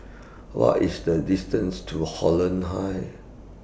What IS The distance to Holland Heights